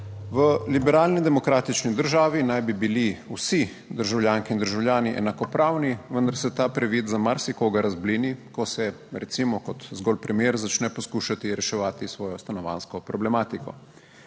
V liberalni demokratični državi naj bi bili vsi državljanke in državljani enakopravni, vendar se ta privid za marsikoga razblini, ko se recimo kot zgolj primer začne poskušati reševati svojo stanovanjsko problematiko.